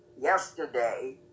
yesterday